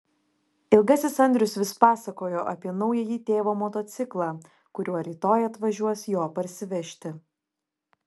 ilgasis andrius vis pasakojo apie naująjį tėvo motociklą kuriuo rytoj atvažiuos jo parsivežti